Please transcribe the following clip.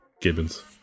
Gibbons